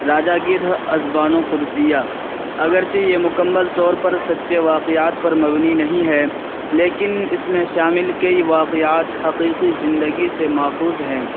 راجہ گدھ ازبانو قدسیہ اگرچہ یہ مکمل طور پر سچے واقعات پر مبنی نہیں ہے لیکن اس میں شامل کئی واقعات حقیقی زندگی سے ماخوذ ہیں